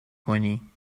کنی